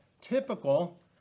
typical